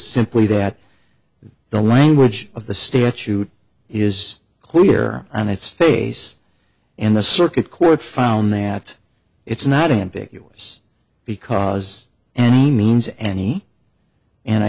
simply that the language of the statute is clear on its face in the circuit court found that it's not in big us because any means any and i